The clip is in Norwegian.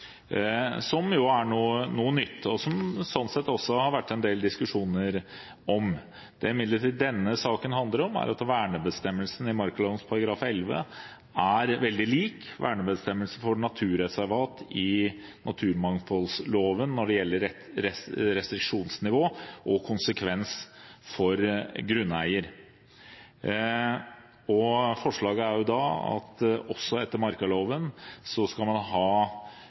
sånn sett også har vært en del diskusjon om. Det denne saken imidlertid handler om, er at vernebestemmelsene i markaloven § 11 er veldig lik vernebestemmelsene for naturreservat i naturmangfoldloven når det gjelder restriksjonsnivå og konsekvenser for grunneier. Forslaget er at man også etter markaloven skal ha rett til erstatning, slik man